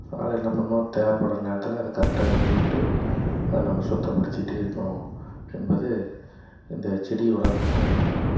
அதனால் என்ன பண்ணும் தேவைப்பட்ற நேரத்தில் அதை கரெக்டாக வெட்டி விட்டு அதை நம்ம சுத்தப்படுத்திட்டே இருக்கணும் என்பது இந்த செடி வளர்ப்பில் இது பண்ணும்